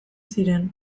ziren